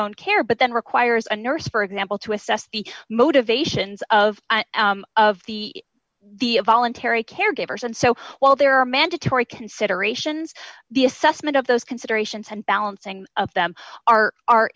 own care but that requires a nurse for example to assess the motivations of of the a voluntary caregivers and so while there are mandatory considerations the assessment of those considerations and balancing of them are are